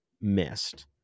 missed